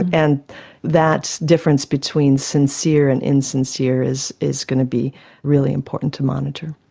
and that difference between sincere and insincere is is going to be really important to monitor.